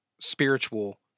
spiritual